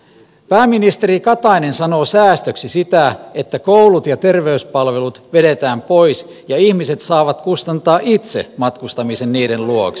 pääministeri katainen sanoo säästöksi sitä että koulut ja terveyspalvelut vedetään pois ja ihmiset saavat kustantaa itse matkustamisen niiden luokse